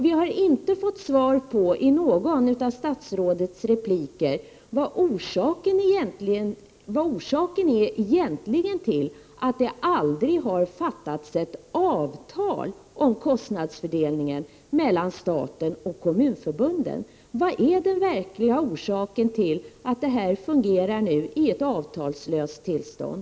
Vi har inte i någon av statsrådets repliker fått veta den egentliga anledningen till att det aldrig har slutits ett avtal om kostnadsfördelningen mellan staten och kommunförbunden. Vad är den verkliga anledningen till att utbildningen bedrivs i ett avtalslöst tillstånd?